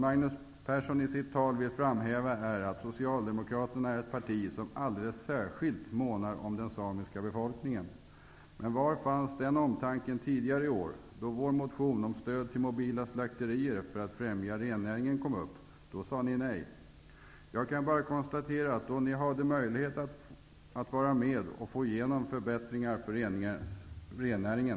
Magnus Persson ville i sitt tal framhäva att Socialdemokraterna är ett parti som alldeles särskilt månar om den samiska befolkningen. Men fanns den omtanken tidigare i år då vi i Ny demokrati väckte vår motion om stöd till mobila slakterier för att främja rennäringen? Då sade ni nej. Jag kan bara konstatera att ni svek då ni hade möjlighet att genomföra förbättringar för rennäringen.